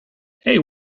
hey